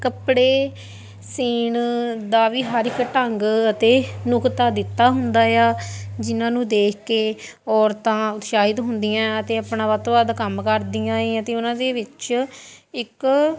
ਕੱਪੜੇ ਸਿਉਣ ਦਾ ਵੀ ਹਰ ਇੱਕ ਢੰਗ ਅਤੇ ਨੁਕਤਾ ਦਿੱਤਾ ਹੁੰਦਾ ਆ ਜਿਹਨਾਂ ਨੂੰ ਦੇਖ ਕੇ ਔਰਤਾਂ ਉਤਸ਼ਾਹਿਤ ਹੁੰਦੀਆਂ ਹੈ ਅਤੇ ਆਪਣਾ ਵੱਧ ਤੋਂ ਵੱਧ ਕੰਮ ਕਰਦੀਆਂ ਹੈ ਅਤੇ ਉਹਨਾਂ ਦੇ ਵਿੱਚ ਇੱਕ